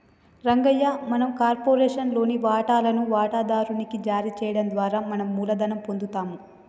రంగయ్య మనం కార్పొరేషన్ లోని వాటాలను వాటాదారు నికి జారీ చేయడం ద్వారా మనం మూలధనం పొందుతాము